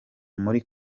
muri